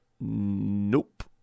Nope